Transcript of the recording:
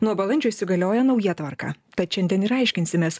nuo balandžio įsigalioja nauja tvarka tad šiandien ir aiškinsimės